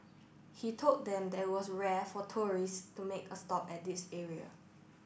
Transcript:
he told them that it was rare for tourist to make a stop at this area